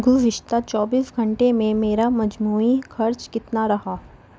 گزشتہ چوبیس گھنٹے میں میرا مجموعی خرچ کتنا رہا